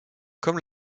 comme